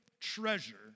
treasure